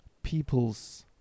People's